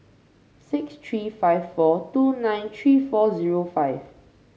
six three five four two nine three four zero five